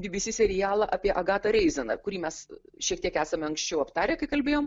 bbc serialą apie agatą reizeną kurį mes šiek tiek esame anksčiau aptarę kai kalbėjom